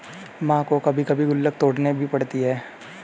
मां को कभी कभी गुल्लक तोड़ना भी पड़ता है